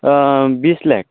ओं बिसलाख